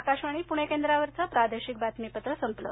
आकाशवाणी प्णे केंद्रावरचं प्रादेशिक बातमीपत्र संपलं